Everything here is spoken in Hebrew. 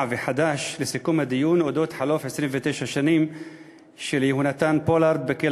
וחד"ש לדיון על אודות חלוף 29 שנים של יהונתן פולארד בכלא